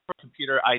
computer